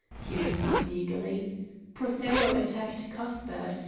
he whispered eagerly prothero attacked cuthbert.